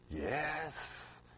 Yes